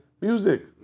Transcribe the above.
music